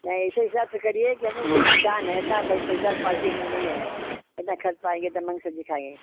नहीं ऐसे हिसाब से करिए कि हम कि किसान हैं इतना भाई पैसा पार्टी हम नहीं हैं इतना कर पाएँगे दबंग से दिखाएँ